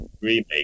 remake